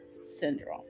syndrome